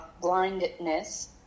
blindness